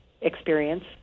experience